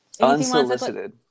Unsolicited